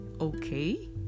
okay